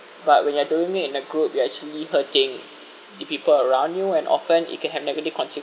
but when you're doing it in a group you're actually hurting the people around you and often it can have negative consequences